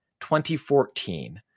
2014